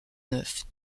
neuf